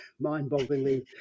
mind-bogglingly